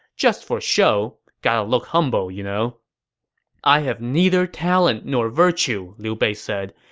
just for show. gotta look humble, you know i have neither talent nor virtue, liu bei said.